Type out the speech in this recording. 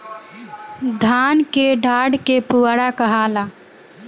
धान के डाठ के पुआरा कहाला